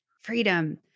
Freedom